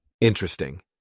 Interesting